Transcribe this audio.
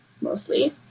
mostly